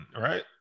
right